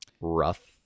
rough